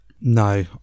no